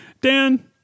Dan